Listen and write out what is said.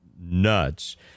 nuts